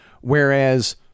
whereas